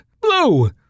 Blue